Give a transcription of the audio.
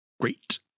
great